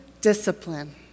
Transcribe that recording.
discipline